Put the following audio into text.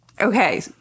Okay